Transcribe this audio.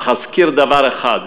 אך אזכיר דבר אחד,